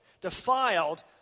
defiled